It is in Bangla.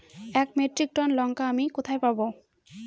এক মেট্রিক টন লঙ্কা আমি কোথায় পাবো?